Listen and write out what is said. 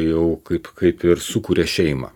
jau kaip kaip ir sukuria šeimą